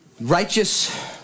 righteous